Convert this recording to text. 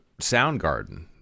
Soundgarden